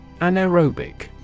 Anaerobic